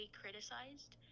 criticized